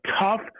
tough